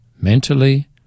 mentally